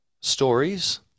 stories